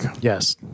Yes